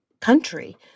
country